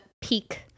peak